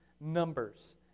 Numbers